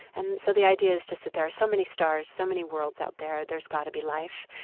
and so the idea is just that there are so many stars, so many worlds out there, there's got to be life.